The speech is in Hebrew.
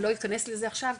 אני לא אכנס לזה עכשיו,